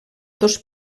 dos